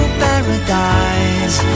paradise